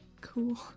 Cool